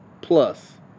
plus